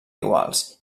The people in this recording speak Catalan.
iguals